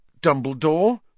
Dumbledore